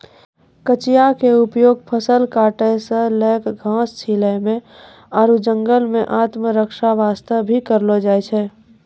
कचिया के उपयोग फसल काटै सॅ लैक घास छीलै म आरो जंगल मॅ आत्मरक्षा वास्तॅ भी करलो जाय छै